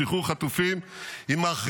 היא מקרבת את שחרור החטופים או מרחיקה